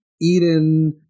Eden